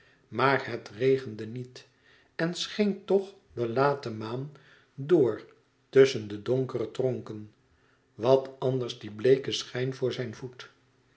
maar het regende niet en scheen toch de late maan door tusschen de donkere tronken wat was anders die bleeke schijn voor zijn voet